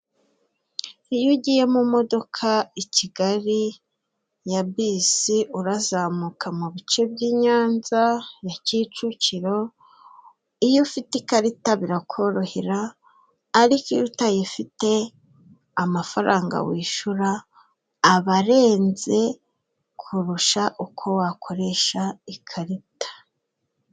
Iyo ugiye mu modoka i Kigali ya bisi urazamuka mu bice by'i Nyanza ya Kicukiro, iyo ufite ikarita birakorohera ariko iyo utayifite amafaranga wishura aba arenze kurusha uko wakoresha ikarita.